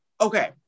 okay